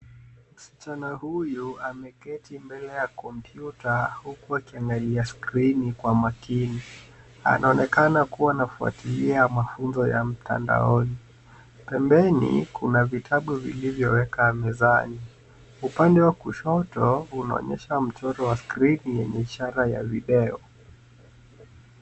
Msichana huyu ameketi mbele ya kompyuta huku akiangalia skrini kwa makini. Anaonekana kuwa anafuatilia mafunzo ya mtandaoni. Pembeni kuna vitabu vilivyowekwa mezani. Upande wa kushoto unaonyesha mchoro wa skrini yenye ishara ya video.